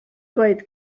dweud